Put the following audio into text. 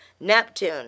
Neptune